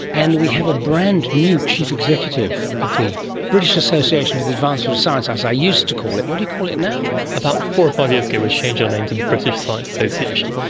and we have a brand-new chief executive of the british association for the advancement of science, as i used to call it. what do you call it now? about four or five years go we changed our name to the british science association.